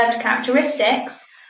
characteristics